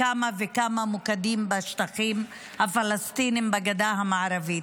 בכמה וכמה מוקדים בשטחים הפלסטיניים בגדה המערבית.